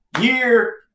year